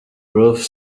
prof